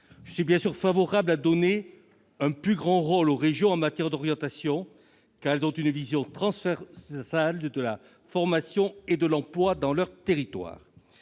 Je suis évidemment favorable au fait de donner un plus grand rôle aux régions en matière d'orientation, car elles ont une vision transversale de la formation et de l'emploi dans leur territoire.